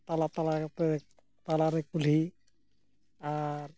ᱛᱟᱞᱟ ᱛᱟᱞᱟ ᱨᱮᱯᱮ ᱛᱟᱞᱟ ᱨᱮ ᱠᱩᱞᱦᱤ ᱟᱨ